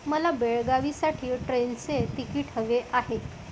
मला बेळगावीसाठी ट्रेनचे तिकीट हवे आहे